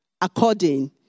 according